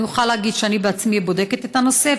אני מוכרחה להגיד שאני בעצמי בודקת את הנושא.